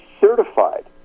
certified